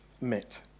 met